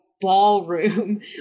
ballroom